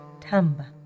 Tamba